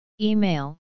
Email